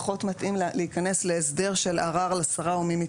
פחות מתאים להיכנס להסדר של ערר לשרה או מי מטעמה,